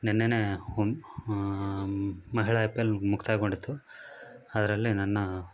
ನೆನ್ನೆನೇ ಹೊಮ್ ಮಹಿಳಾ I P L ಮುಕ್ತಾಯಗೊಂಡಿತ್ತು ಅದರಲ್ಲಿ ನನ್ನ